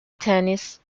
tennis